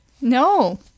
no